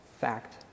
fact